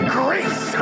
grace